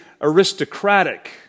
aristocratic